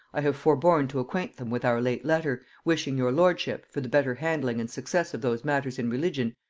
i have forborne to acquaint them with our late letter, wishing your lordship, for the better handling and success of those matters in religion,